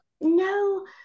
no